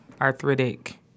arthritic